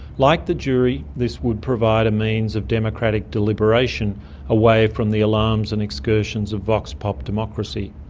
like the jury this would provide a means of democratic deliberation away from the alarms and excursions of vox pop democracy.